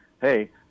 hey